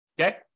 Okay